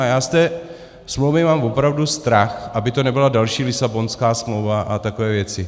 Já z té smlouvy mám opravdu strach, aby to nebyla další Lisabonská smlouva a takové věci.